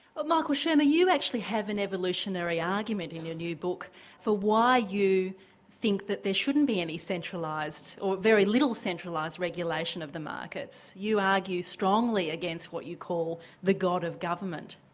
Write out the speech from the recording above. michael shermer you actually have an evolutionary argument in your new book for why you think that there shouldn't be any centralised or very little centralised regulation of the markets. you argue strongly against what you call the god of government.